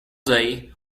day